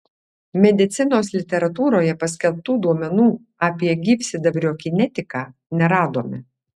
medicinos literatūroje paskelbtų duomenų apie gyvsidabrio kinetiką neradome